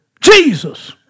Jesus